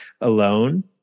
alone